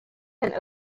and